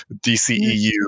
DCEU